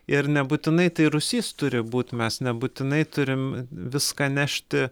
ir nebūtinai tai rūsys turi būt mes nebūtinai turim viską nešti